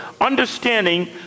understanding